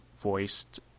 voiced